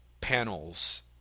panels